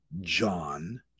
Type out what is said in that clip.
John